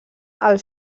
els